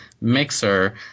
mixer